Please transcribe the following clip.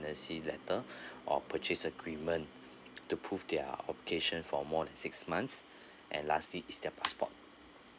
~nancy letter or purchase agreement to prove their obligation for more than six months and lastly is their passport